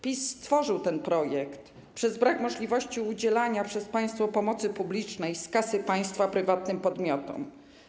PiS stworzył ten projekt, bo brak jest możliwości udzielania przez państwo pomocy publicznej z kasy państwa prywatnym podmiotom.